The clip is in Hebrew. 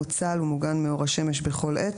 מוצל ומוגן מאור השמש בכל עת,